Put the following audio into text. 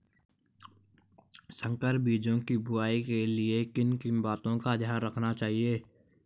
संकर बीजों की बुआई के लिए किन किन बातों का ध्यान रखना चाहिए?